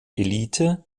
elite